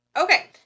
Okay